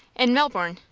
in melbourne.